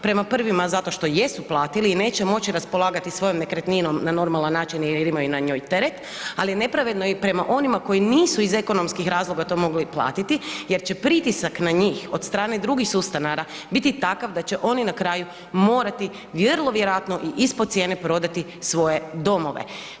Prema prvima zato što jesu platili i neće moći raspolagati svojom nekretninom na normalan način jer imaju na njoj teret, ali i nepravedno prema onima koji nisu iz ekonomskih razloga to mogli platiti jer će pritisak na njih od strane drugih sustanara biti takav da će oni na kraju morati vrlo vjerojatno i ispod cijene prodati svoje domove.